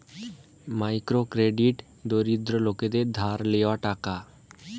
micro credit দরিদ্র লোকদের ধার লেওয়া টাকা